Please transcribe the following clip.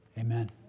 Amen